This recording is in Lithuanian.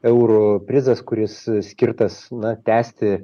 eurų prizas kuris skirtas na tęsti